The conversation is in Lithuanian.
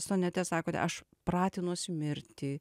sonete sakote aš pratinuosi mirti